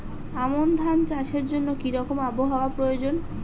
আমন ধান চাষের জন্য কি রকম আবহাওয়া প্রয়োজন?